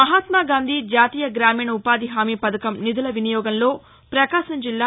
మహాత్మాగాంధీ జాతీయ గ్రామీణ ఉపాధి హామీ పథకం నిధుల వినియోగంలో ప్రకాశం జిల్లా